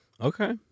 Okay